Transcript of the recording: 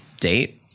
date